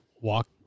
walk